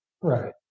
Right